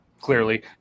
Clearly